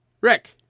Rick